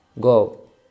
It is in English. go